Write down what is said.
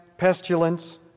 Pestilence